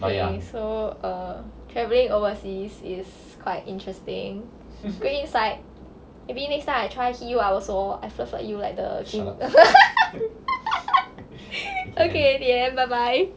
okay so err travelling overseas is quite interesting then is like maybe next time I try hit you up also I flirt flirt you like the kim okay the end bye bye